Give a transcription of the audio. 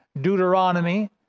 Deuteronomy